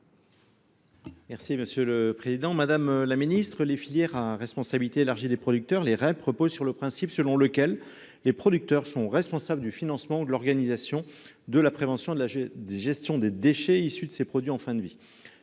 mer et de la pêche. Madame la ministre, les filières à responsabilité élargie du producteur (REP) partent du principe selon lequel les producteurs sont responsables du financement ou de l’organisation de la prévention et de la gestion des déchets issue des produits en fin de vie.